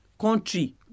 country